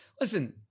listen